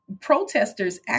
protesters